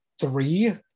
three